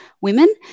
women